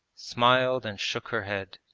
smiled and shook her head.